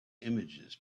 images